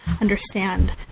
understand